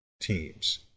teams